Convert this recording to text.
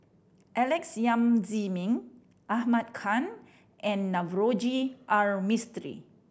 Alex Yam Ziming Ahmad Khan and Navroji R Mistri